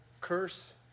curse